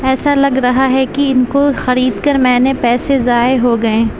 ایسا لگ رہا ہے کہ ان کو خرید کر میں نے پیسے ضائع ہو گئے